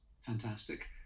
fantastic